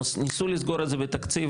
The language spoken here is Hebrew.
ניסו לסגור את זה בתקציב,